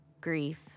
grief